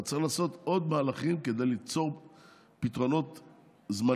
אתה צריך לעשות עוד מהלכים כדי ליצור פתרונות זמניים.